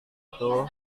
itu